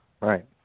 Right